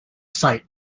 sight